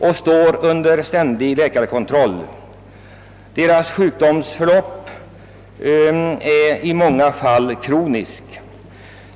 De står under ständig läkarkontroll, och sjukdomen är i många fall kronisk.